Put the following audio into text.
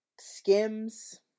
Skims